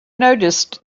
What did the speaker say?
noticed